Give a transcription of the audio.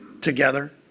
together